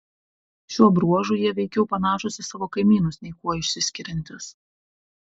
šiuo bruožu jie veikiau panašūs į savo kaimynus nei kuo išsiskiriantys